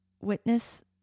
witness